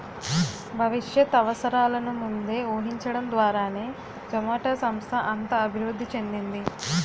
భవిష్యత్ అవసరాలను ముందే ఊహించడం ద్వారానే జొమాటో సంస్థ అంత అభివృద్ధి చెందింది